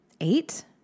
eight